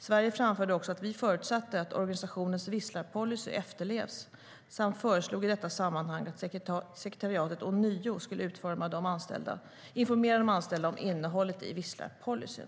Sverige framförde också att vi förutsatte att organisationens visslarpolicy efterlevs samt föreslog i detta sammanhang att sekretariatet ånyo skulle informera de anställda om innehållet i visslarpolicyn.